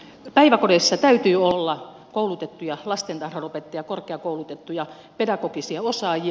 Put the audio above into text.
päiväkodeissa täytyy olla koulutettuja lastentarhanopettajia korkeakoulutettuja pedagogisia osaajia